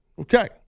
Okay